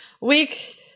week